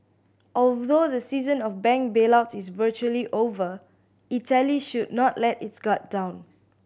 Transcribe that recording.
although the season of bank bailouts is virtually over Italy should not let its guard down